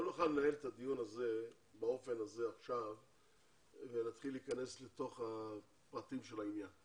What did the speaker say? לא נוכל לנהל את הדיון הזה באופן הזה אם נתחיל להיכנס לפרטי העניין.